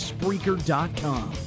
Spreaker.com